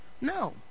No